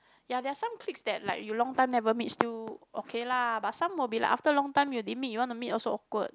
ya there are some cliques that like you long time never meet still okay lah but some will be like after long time you didn't meet want to meet also awkward